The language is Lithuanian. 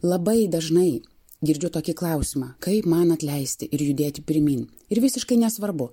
labai dažnai girdžiu tokį klausimą kaip man atleisti ir judėti pirmyn ir visiškai nesvarbu